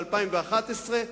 ב-2011,